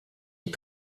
les